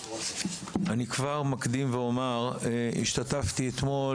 אני כבר אקדים ואומר: השתתפתי אתמול